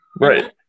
Right